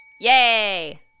Yay